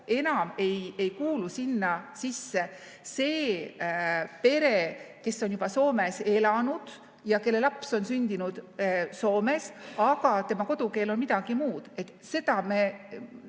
enam ei kuulu sinna sisse see pere, kes on juba Soomes elanud ja kelle laps on sündinud Soomes, aga tema kodukeel on midagi muud. See